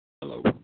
Hello